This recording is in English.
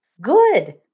Good